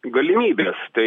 galimybės tai